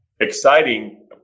exciting